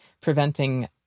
preventing